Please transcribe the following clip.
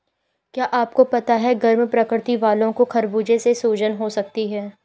क्या आपको पता है गर्म प्रकृति वालो को खरबूजे से सूजन हो सकती है?